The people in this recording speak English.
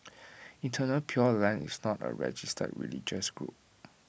eternal pure land is not A registered religious group